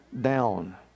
down